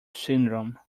syndrome